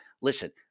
listen